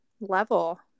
level